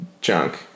junk